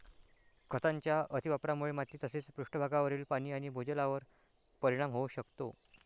खतांच्या अतिवापरामुळे माती तसेच पृष्ठभागावरील पाणी आणि भूजलावर परिणाम होऊ शकतो